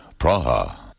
Praha